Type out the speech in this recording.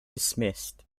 dismissed